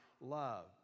love